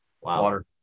Water